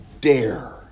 dare